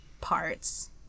parts